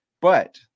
But-